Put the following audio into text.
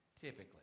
typically